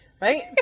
right